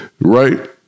right